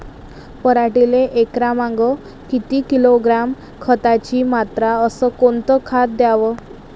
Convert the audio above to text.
पराटीले एकरामागं किती किलोग्रॅम खताची मात्रा अस कोतं खात द्याव?